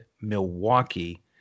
Milwaukee